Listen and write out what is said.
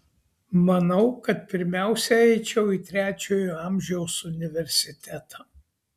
manau kad pirmiausia eičiau į trečiojo amžiaus universitetą